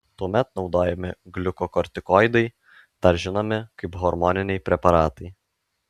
tuomet naudojami gliukokortikoidai dar žinomi kaip hormoniniai preparatai